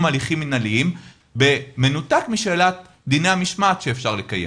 הליכים מנהליים במנותק משאלת דיני המשמעת שאפשר לקיים,